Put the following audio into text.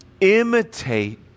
imitate